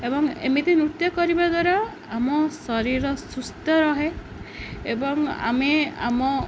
ଏବଂ ଏମିତି ନୃତ୍ୟ କରିବା ଦ୍ୱାରା ଆମ ଶରୀର ସୁସ୍ଥ ରହେ ଏବଂ ଆମେ ଆମ